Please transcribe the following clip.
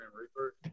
reaper